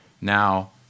Now